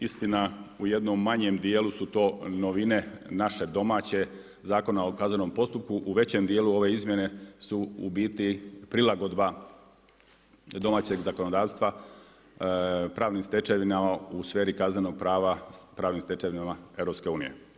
Istina u jednom manjem dijelu su to novine naše domaće, Zakona o kaznenom postupku, u većem dijelu ove izmjene su u biti prilagodba domaćeg zakonodavstva, pravnim stečevinama u sferi kaznenog prava, pravnim stečevinama EU.